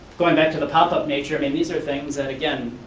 going back to the pop-up nature, and these are things that, again,